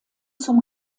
zum